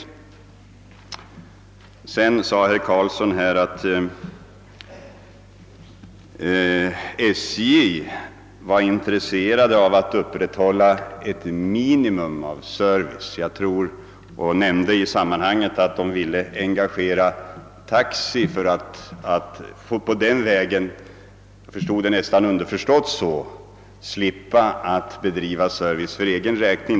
Vidare sade herr Karlsson att SJ var intresserade av att upprätthålla ett minimum av service och antydde att SJ ville engagera Taxi för att slippa bedriva service för egen räkning.